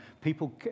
people